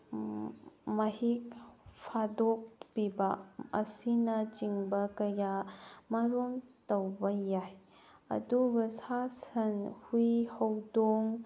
ꯃꯍꯤꯛ ꯐꯥꯗꯣꯛꯄꯤꯕ ꯑꯁꯤꯅꯆꯤꯡꯕ ꯀꯌꯥ ꯑꯃꯔꯣꯝ ꯇꯧꯕ ꯌꯥꯏ ꯑꯗꯨꯒ ꯁꯥ ꯁꯟ ꯍꯨꯏ ꯍꯧꯗꯣꯡ